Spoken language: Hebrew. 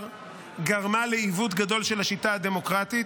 גרמה לעיוות גדול של השיטה הדמוקרטית,